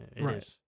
Right